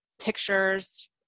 pictures